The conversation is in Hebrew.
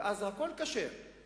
ואז הכול כשר,